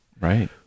Right